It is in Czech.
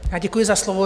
Děkuji za slovo.